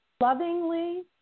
lovingly